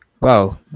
Wow